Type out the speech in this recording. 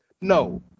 No